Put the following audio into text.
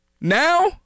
Now